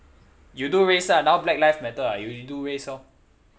you do race ah now black life matter [what] you do race orh